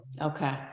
Okay